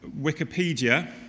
Wikipedia